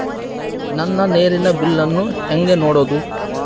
ನನ್ನ ನೇರಿನ ಬಿಲ್ಲನ್ನು ಹೆಂಗ ನೋಡದು?